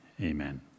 Amen